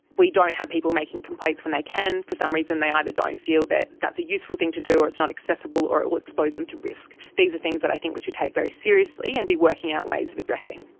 we don't have people making complaints when they can, for some reason they either don't feel that that's a useful thing to do or it's not accessible or it will expose them to risk. these are things that i think we should take very seriously and be working out ways of addressing.